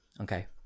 Okay